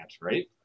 right